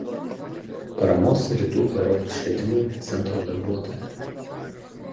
paramos rytų europos švietimui centro darbuotoja